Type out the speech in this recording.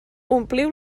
ompliu